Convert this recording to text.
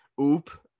Oop